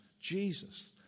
Jesus